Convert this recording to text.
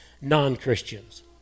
non-Christians